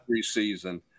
Preseason